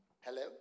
Hello